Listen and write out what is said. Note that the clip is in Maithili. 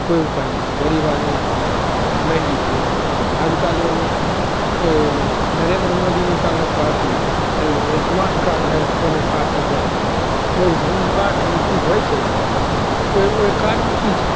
कोइ उपाय नहि छै गरीब आदमी मरि जैतै अजुका लेल नरेन्द्र मोदी निकाललक एगो अथी स्माट काड भए कोनो कार्ड छिकै ओहि कार्ड से किछु होइ छै तऽ ओहि ओहि कार्डमे की छै